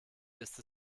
ist